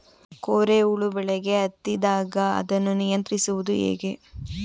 ಕೋರೆ ಹುಳು ಬೆಳೆಗೆ ಹತ್ತಿದಾಗ ಅದನ್ನು ನಿಯಂತ್ರಿಸುವುದು ಹೇಗೆ?